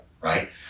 Right